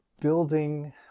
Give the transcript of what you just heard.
building